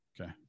Okay